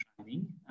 training